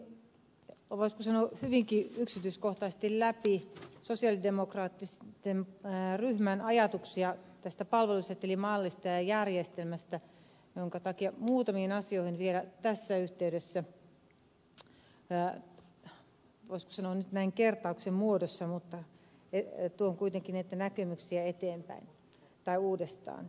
kävin voisiko sanoa hyvinkin yksityiskohtaisesti läpi sosialidemokraattisen ryhmän ajatuksia tästä palvelusetelimallista ja järjestelmästä minkä takia muutamiin asioihin vielä tässä yhteydessä palaan voisiko sanoa näin kertauksen muodossa mutta tuon kuitenkin näitä näkemyksiä uudestaan